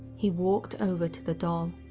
he walked over to the doll.